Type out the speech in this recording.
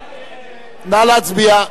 נא להצביע.